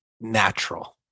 natural